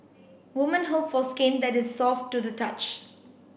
woman hope for skin that is soft to the touch